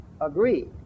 agree